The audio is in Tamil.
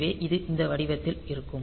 எனவே இது இந்த வடிவத்தில் இருக்கும்